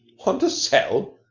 want to sell,